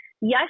Yes